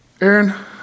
Aaron